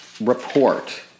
report